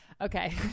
Okay